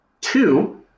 Two